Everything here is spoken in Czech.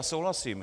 Souhlasím.